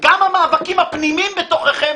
גם המאבקים הפנימיים בתוככם,